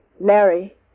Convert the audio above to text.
Mary